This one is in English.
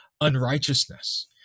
unrighteousness